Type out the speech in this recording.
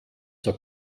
zur